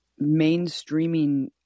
mainstreaming